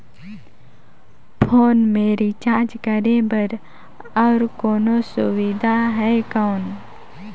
Phone मे recharge करे बर और कोनो सुविधा है कौन?